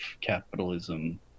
capitalism